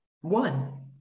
One